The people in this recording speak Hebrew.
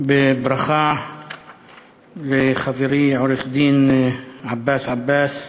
בברכה לחברי העורך-דין עבאס עבאס,